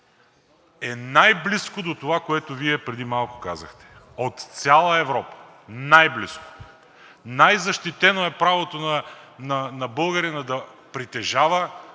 е най-близко до това, което Вие преди малко казахте. От цяла Европа е най-близко, най-защитено е правото на българина да притежава,